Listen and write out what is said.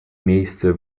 miejsce